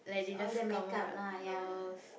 it's all the make-up lah ya